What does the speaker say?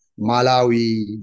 Malawi